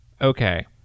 Okay